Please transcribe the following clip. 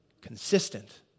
consistent